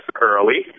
Early